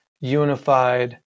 unified